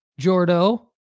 Jordo